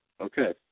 Okay